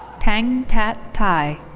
thang tat thai.